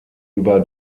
über